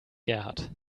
gerhard